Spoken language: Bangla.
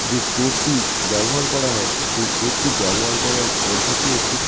যে টোপটি ব্যবহার করা হয় সেই টোপটি ব্যবহার করার পদ্ধতিও খুব সহজ